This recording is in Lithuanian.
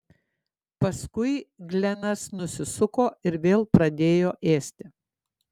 paskui glenas nusisuko ir vėl pradėjo ėsti